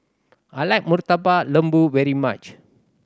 I like Murtabak Lembu very much